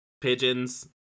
pigeons